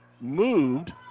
moved